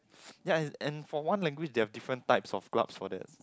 ya and and for one language they have different types of club for that